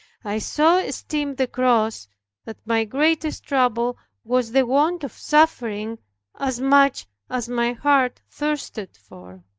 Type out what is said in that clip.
i so esteemed the cross that my greatest trouble was the want of suffering as much as my heart thirsted for.